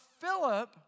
Philip